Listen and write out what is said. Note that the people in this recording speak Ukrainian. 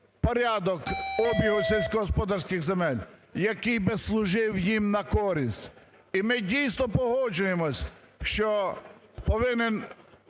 порядок обсягу сільськогосподарських земель, який би служив їм на користь. І ми, дійсно, погоджуємося, що повинен